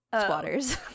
Squatters